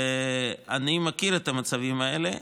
אני מכיר את המצבים האלה.